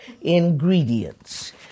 ingredients